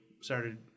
started